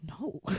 No